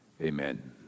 Amen